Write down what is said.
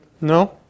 No